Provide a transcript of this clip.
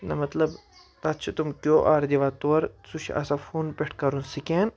نہ مطلب تَتھ چھُ تٕم کیو آر دِوان تورٕ سُہ چھِ آسان فون پٮ۪ٹھ کَرُن سکین